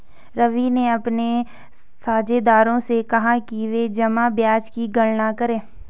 रवि ने अपने साझेदारों से कहा कि वे जमा ब्याज की गणना करें